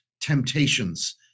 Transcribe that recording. temptations